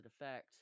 effect